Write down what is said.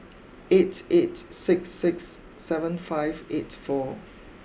eight eight six six seven five eight four